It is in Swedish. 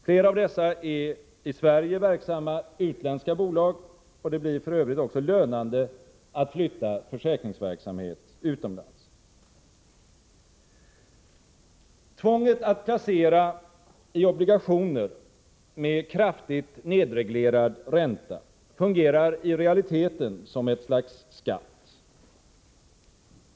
Fler av dessa är i Sverige verksamma utländska bolag, och det blir f. ö. också lönande att flytta försäkringsverksamhet utomlands. Tvånget att placera i obligationer med kraftigt nedreglerad ränta fungerar i realiteten som ett slags skatt.